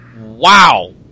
Wow